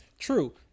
True